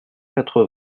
quatre